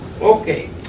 Okay